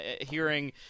hearing